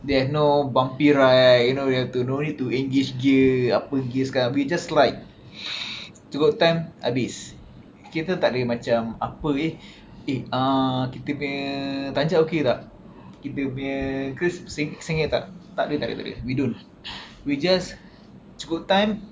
they have no bumpy ride you know no need to engage gear apa gear sekarang we just like cukup time habis kita tak ada macam apa eh eh uh kita punya tanjak okay tak kita punya keris senget tak tak ada tak ada tak ada we don't we just cukup time